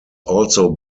also